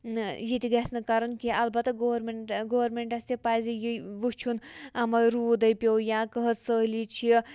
یہِ تہِ گژھِ نہٕ کَرُن کینٛہہ اَلبَتہ گورمٮ۪نٛٹ گورمٮ۪نٛٹَس تہِ پَزِ یہِ وٕچھُن اَما روٗدَے پیوٚو یا قحت سٲلی چھِ